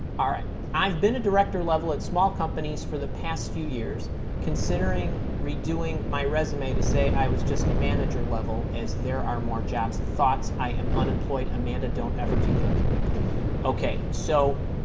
all right i've been a director level at small companies for the past few years considering redoing my resume to say i was just a manager level as there are more jobs thoughts i am unemployed amanda don't ever do that okay so